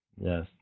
Yes